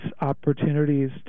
opportunities